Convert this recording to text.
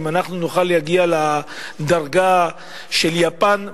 אם אנחנו נוכל להגיע לדרגה של יפן בהיערכות,